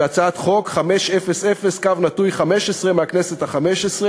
בהצעת חוק 500/15 מהכנסת החמש-עשרה,